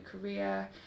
career